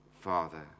Father